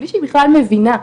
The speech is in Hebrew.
בלי שהיא בכלל מבינה,